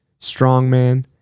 strongman